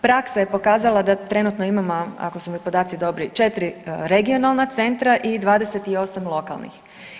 Praksa je pokazala da trenutno imao ako su mi podaci dobri 4 regionalna centra i 28 lokalnih.